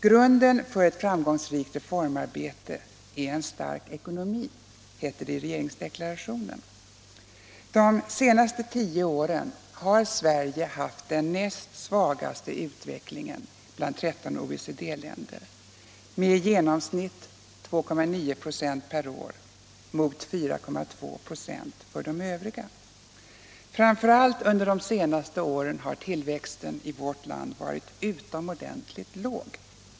Grunden för ett framgångsrikt reformarbete är en stark ekonomi, heter det i regeringsdeklarationen. De tio senaste åren har Sverige haft den näst svagaste utvecklingen av BNP bland 13 OECD-länder med i genomsnitt 2,9 96 per år mot 4,2 26 för de övriga. Framför allt under de senaste åren har tillväxten i Sverige varit utomordentligt låg.